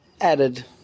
added